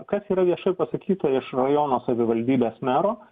kas yra viešai pasakyta iš rajono savivaldybės mero